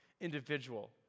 individual